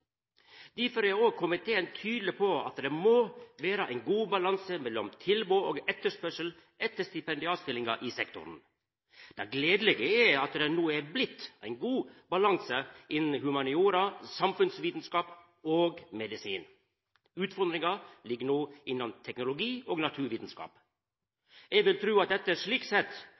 Difor er òg komiteen tydeleg på at det må vera ein god balanse mellom tilbod og etterspørsel etter stipendiatstillingar i sektoren. Det gledelege er at det no er blitt ein god balanse innan humaniora, samfunnsvitskap og medisin. Utfordringa ligg no innan teknologi og naturvitskap. Eg vil tru at dette slik sett